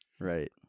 Right